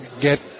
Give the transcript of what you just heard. get